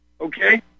Okay